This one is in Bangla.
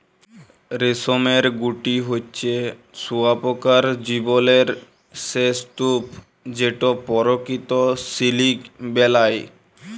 রেশমের গুটি হছে শুঁয়াপকার জীবলের সে স্তুপ যেট পরকিত সিলিক বেলায়